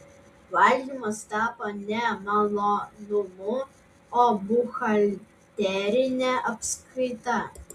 valgymas tapo ne malonumu o buhalterine apskaita